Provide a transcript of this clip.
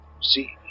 see